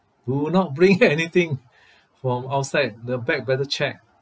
do not bring anything from outside the bag better check